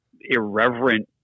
irreverent